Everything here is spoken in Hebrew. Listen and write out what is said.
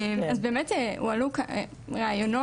אז באמת הועלו כאן רעיונות,